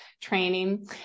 training